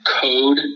code